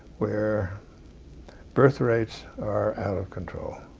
where birth rates are out of control.